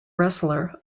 wrestler